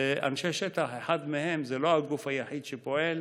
ואנשי שטח, אחד מהם, זה לא הגוף היחיד שפועל,